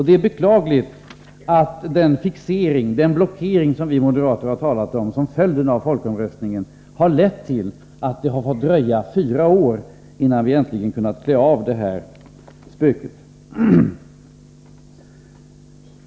Det är beklagligt att den fixering, den blockering som vi moderater har talat om som en följd av folkomröstningen, har lett till att det har fått dröja fyra år, innan vi äntligen har kunnat klä av det här spöket.